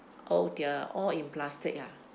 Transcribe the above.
oh dear all in plastic ah